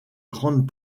grande